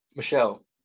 Michelle